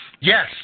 Yes